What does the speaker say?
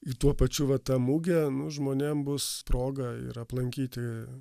į tuo pačiu va tą mugę nu žmonėm bus proga ir aplankyti